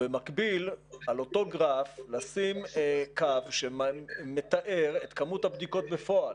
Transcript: ובמקביל על אותו גרף לשים קו שמתאר את כמות הבדיקות בפועל,